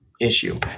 issue